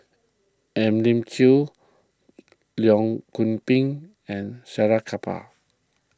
Elim Chew Leong Goon Pin and Salleh Kapar